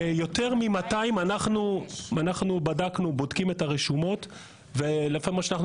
אנחנו בודקים את הרשומות ולפי מה שראינו